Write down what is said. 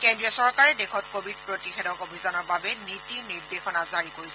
কেন্দ্ৰীয় চৰকাৰে দেশত কোৱিড প্ৰতিষেধক অভিযানৰ বাবে নীতি নিৰ্দেশনা জাৰী কৰিছে